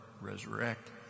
resurrect